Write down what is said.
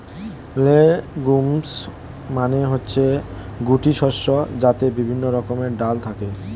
legumes মানে হচ্ছে গুটি শস্য যাতে বিভিন্ন রকমের ডাল থাকে